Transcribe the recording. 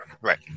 Right